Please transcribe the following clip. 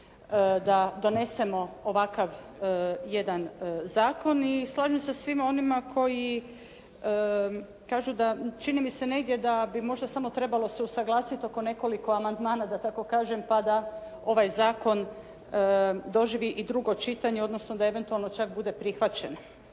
da donesemo ovakav jedan zakon i slažem se sa svima onima koji kažu da, čini mi se negdje da bi možda samo trebalo se usuglasiti oko nekoliko amandmana da tako kažem, pa da ovaj zakon doživi i drugo čitanje, odnosno da eventualno čak bude prihvaćen.